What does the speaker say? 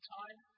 time